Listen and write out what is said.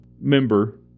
member